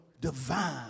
divine